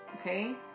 okay